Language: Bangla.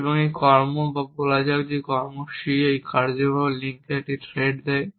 এবং একটি কর্ম বা বলা যাক একটি কর্ম c একটি কার্যকারণ লিঙ্ককে থ্রেড দেয়